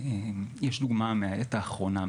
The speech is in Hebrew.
יש דוגמה מהעת האחרונה.